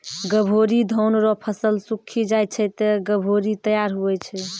गभोरी धान रो फसल सुक्खी जाय छै ते गभोरी तैयार हुवै छै